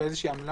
עמלה.